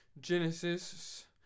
Genesis